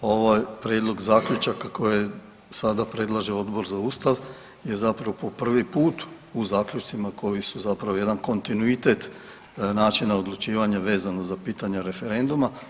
Ovaj prijedlog zaključaka koje sada predlaže Odbor za ustav je zapravo po prvi put u zaključcima koji su zapravo jedan kontinuitet načina odlučivanja vezano za pitanja referenduma.